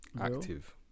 active